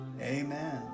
Amen